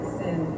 sin